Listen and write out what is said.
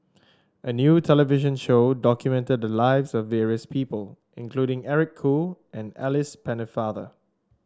a new television show documented the lives of various people including Eric Khoo and Alice Pennefather